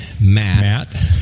Matt